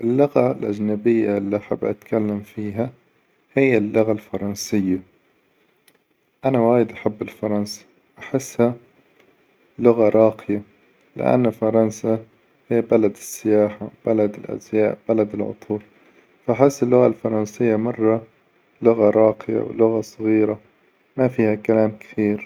اللغة الأجنبية إللي أحب أتكلم فيها هي اللغة الفرنسية، أنا وايد أحب الفرنسي أحسها لغة راقية، لأن فرنسا هي بلد السياحة، بلد الأزياء، بلد العطور، فأحس اللغة الفرنسية مرة لغة راقية، ولغة صغيرة ما فيها كلام كثير.